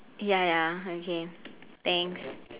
ya ya okay thanks